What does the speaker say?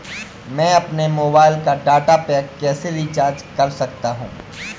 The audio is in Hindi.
मैं अपने मोबाइल का डाटा पैक कैसे रीचार्ज कर सकता हूँ?